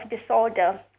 disorder